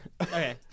Okay